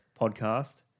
podcast